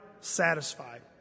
satisfied